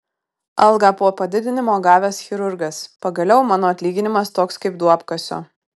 algą po padidinimo gavęs chirurgas pagaliau mano atlyginimas toks kaip duobkasio